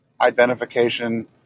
identification